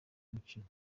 mukino